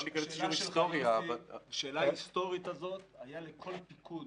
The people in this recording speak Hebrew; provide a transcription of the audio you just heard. לכל פיקוד